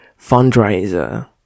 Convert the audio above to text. fundraiser